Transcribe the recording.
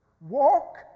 Walk